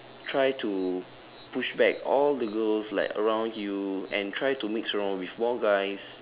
try to push back all the girls like around you and try to mix around with more guys